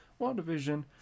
WandaVision